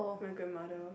my grandmother